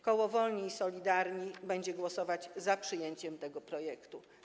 Koło Wolni i Solidarni będzie głosować za przyjęciem tego projektu.